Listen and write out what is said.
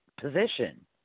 position